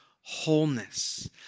wholeness